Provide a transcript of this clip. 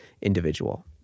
individual